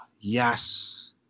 yes